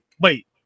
Wait